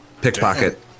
Pickpocket